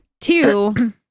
two